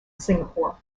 singapore